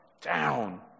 down